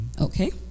Okay